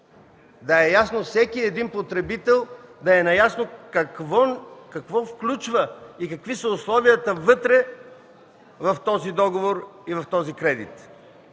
да е ясно на всеки потребител какво включва и какви са условията вътре в този договор и в този кредит.